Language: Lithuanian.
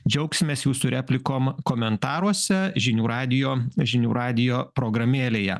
džiaugsimės jūsų replikom komentaruose žinių radijo žinių radijo programėlėje